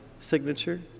signature